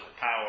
power